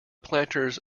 planters